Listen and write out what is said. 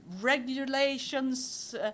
regulations